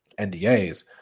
NDAs